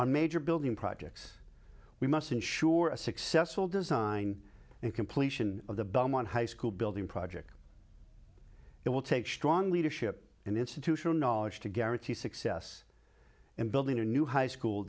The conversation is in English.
on major building projects we must ensure a successful design and completion of the belmont high school building project it will take strong leadership and institutional knowledge to guarantee success in building a new high school